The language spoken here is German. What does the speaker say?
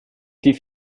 die